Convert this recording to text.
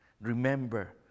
Remember